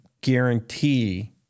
guarantee